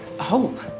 Hope